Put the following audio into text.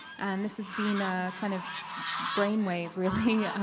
and this is being the kind of brain wave really.